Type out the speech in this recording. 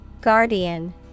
Guardian